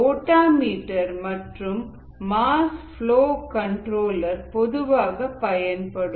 ரோட்டா metre மற்றும் mass flow controller பொதுவாக பயன்படும்